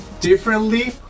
differently